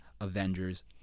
Avengers